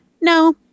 no